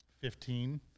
Fifteen